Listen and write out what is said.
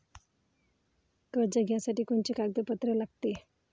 कर्ज घ्यासाठी कोनचे कागदपत्र लागते?